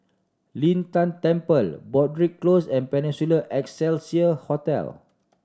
Lin Tan Temple Broadrick Close and Peninsula Excelsior Hotel